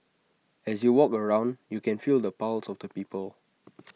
as you walk around you can feel the pulse of the people